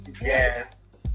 Yes